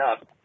up